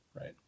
right